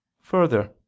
Further